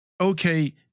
okay